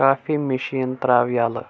کافی machine تراو ییٚلہٕ